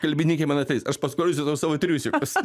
kalbininkai man ateis aš paskolinsiu tau savo triusikus